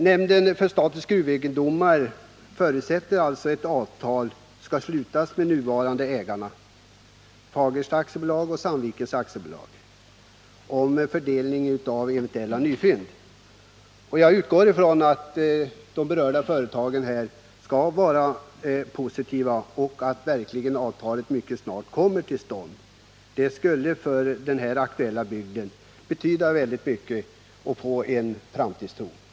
Nämnden för statens gruvegendomar förutsätter alltså att avtal skall slutas med de nuvarande ägarna, Fagersta AB och Sandvik AB, om fördelningen av eventuella nya fynd. Jag utgår ifrån att de berörda företagen kommer att vara positiva och att avtalet mycket snart kommer till stånd. Det skulle för den aktuella bygden betyda väldigt mycket att få en framtidstro.